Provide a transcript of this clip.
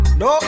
no